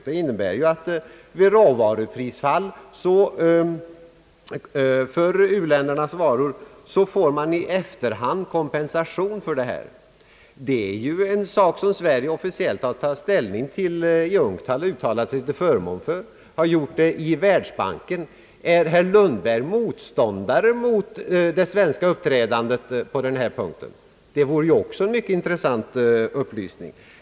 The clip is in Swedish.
Det innebär att vid råvaruprisfall för u-ländernas varor får de i efterhand kompensation för detta. Det är en sak som Sverige officiellt har tagit ställning till och uttalat sig till förmån för i UNCTAD och Världsbanken. Är herr Lundberg motståndare till det svenska uppträdandet på den punkten? Det vore också en mycket intressant upplysning.